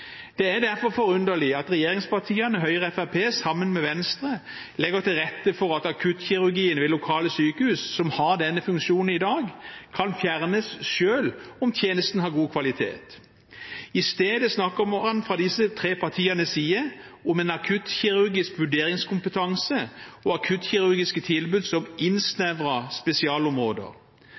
Det er derfor forunderlig at regjeringspartiene, Høyre og Fremskrittspartiet, sammen med Venstre legger til rette for at akuttkirurgien ved lokale sykehus som har denne funksjonen i dag, kan fjernes selv om tjenesten har god kvalitet. I stedet snakker man fra disse tre partienes side om en akuttkirurgisk vurderingskompetanse og akuttkirurgiske tilbud som innsnevrer spesialområder.